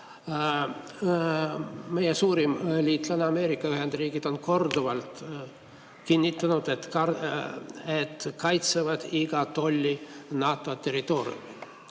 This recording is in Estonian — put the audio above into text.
suurim liitlane Ameerika Ühendriigid on korduvalt kinnitanud, et nad kaitsevad igat tolli NATO territooriumil.